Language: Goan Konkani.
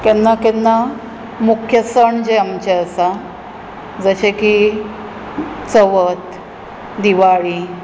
केन्ना केन्ना मुख्य सण जे आमचे आसा जशे की चवत दिवाळी